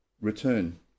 return